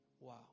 Wow